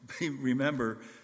remember